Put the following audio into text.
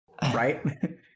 right